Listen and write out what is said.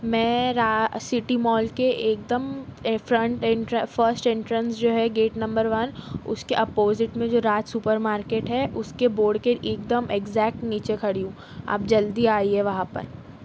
میں را city mall کے ایک دم فرنٹ انٹر فسٹ انٹرنس جو ہے گیٹ نمبر ون اس کے اپوزٹ میں جو راج سپر مارکیٹ ہے اس کے بورڈ کے ایک دم ایکزیٹ نیچے کھڑی ہوں آپ جلدی آئیے وہاں پر